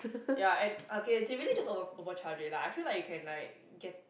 ya and okay they really just over over charge it lah I feel like you can like get